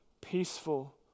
peaceful